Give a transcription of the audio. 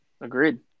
agreed